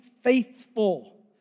faithful